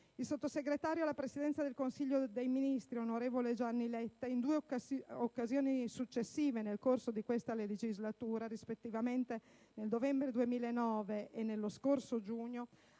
Il sottosegretario alla Presidenza del Consiglio dei ministri, onorevole Gianni Letta, in due occasioni successive nel corso di questa legislatura (precisamente nel novembre 2009 e nello scorso giugno)